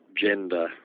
gender